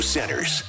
Centers